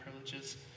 privileges